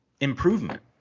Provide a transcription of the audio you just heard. improvement